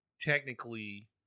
technically